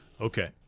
Okay